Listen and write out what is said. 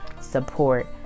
support